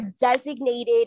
designated